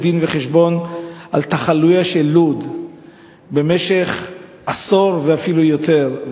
דין-וחשבון על תחלואיה של לוד במשך עשור ואפילו יותר.